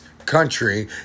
country